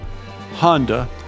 Honda